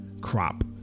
crop